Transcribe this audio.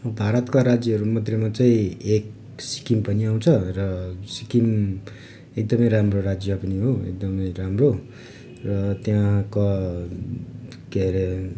भारतका राज्यहरू मध्येमा चाहिँ एक सिक्कम पनि आउँछ र सिक्किम एकदमै राम्रो राज्य पनि हो एकदमै राम्रो र त्यहाँका के अरे